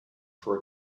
for